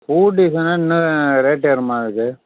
பூ டிசைன்னால் இன்னும் ரேட்டு ஏறும்மா அதுக்கு